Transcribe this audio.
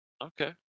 Okay